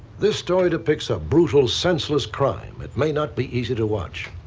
this story depicts a brutal senseless crime that may not be easy to watch,